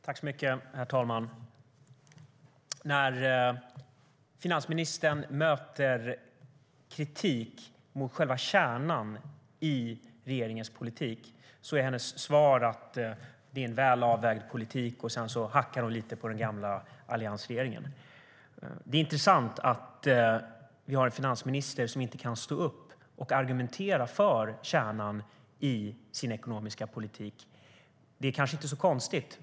Herr talman! När finansministern möter kritik mot själva kärnan i regeringens politik är hennes svar att det är en väl avvägd politik, och sedan hackar hon lite på den gamla alliansregeringen. Det är intressant att vi har en finansminister som inte kan stå upp och argumentera för kärnan i sin ekonomiska politik. Det är kanske inte så konstigt.